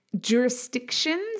jurisdictions